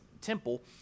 temple